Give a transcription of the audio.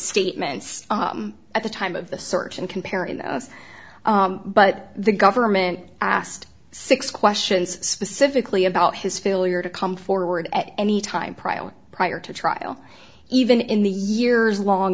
statements at the time of the search and comparing notes but the government asked six questions specifically about his failure to come forward at any time prior to trial even in the years long